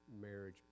marriage